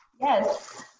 Yes